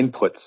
inputs